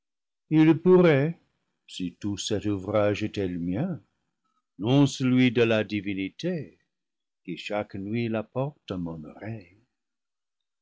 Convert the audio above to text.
ils le pourraient si tout cet ouvrage était le mien non celui de la divinité qui chaque nuit l'apporte à mon oreille